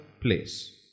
place